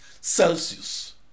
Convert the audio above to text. Celsius